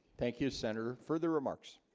thank you senator further remarks